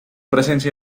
presencia